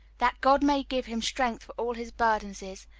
that god may give him strength for all his burdens is,